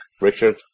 Richard